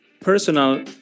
Personal